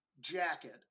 jacket